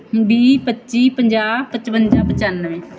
ਵੀਹ ਪੱਚੀ ਪੰਜਾਹ ਪਜਵੰਜਾ ਪਚਾਨਵੇਂ